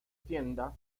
tienda